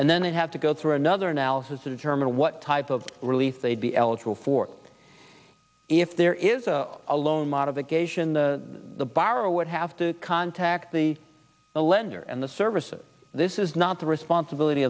and then i'd have to go through another analysis to determine what type of relief they'd be eligible for if there is a loan modification the the borrower would have to contact the lender and the services this is not the responsibility